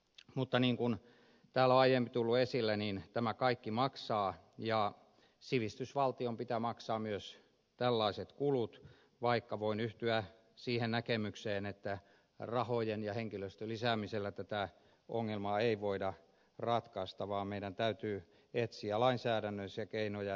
mutta niin kuin täällä on aiemmin tullut esille tämä kaikki maksaa ja sivistysvaltion pitää maksaa myös tällaiset kulut vaikka voin yhtyä siihen näkemykseen että rahojen ja henkilöstön lisäämisellä tätä ongelmaa ei voida ratkaista vaan meidän täytyy etsiä lainsäädännöllisiä keinoja